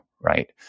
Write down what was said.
Right